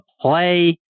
play